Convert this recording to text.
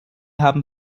haben